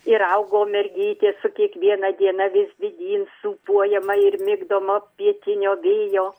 ir augo mergytė su kiekviena diena vis didyn sūpuojama ir migdoma pietinio vėjo